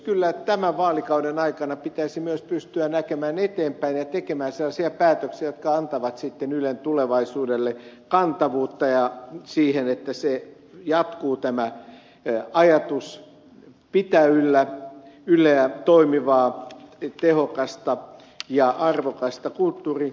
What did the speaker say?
kyllä tämän vaalikauden aikana pitäisi myös pystyä näkemään eteenpäin ja tekemään sellaisia päätöksiä jotka antavat ylen tulevaisuudelle kantavuutta siihen että jatkuu tämä ajatus pitää yllä yleä toimivaa tehokasta ja arvokasta kulttuuri instituutiota